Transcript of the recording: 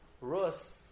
Rus